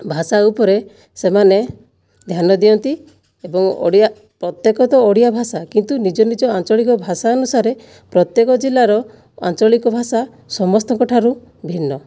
ଭାଷା ଉପରେ ସେମାନେ ଧ୍ୟାନ ଦିଅନ୍ତି ଏବଂ ଓଡ଼ିଆ ପ୍ରତ୍ୟେକ ତ ଓଡ଼ିଆ ଭାଷା କିନ୍ତୁ ନିଜ ନିଜ ଆଞ୍ଚଳିକ ଭାଷା ଅନୁସାରେ ପ୍ରତ୍ୟେକ ଜିଲ୍ଲାର ଆଞ୍ଚଳିକ ଭାଷା ସମସ୍ତଙ୍କଠାରୁ ଭିନ୍ନ